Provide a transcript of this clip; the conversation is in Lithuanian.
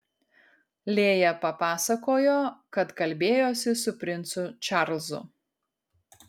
lėja papasakojo kad kalbėjosi su princu čarlzu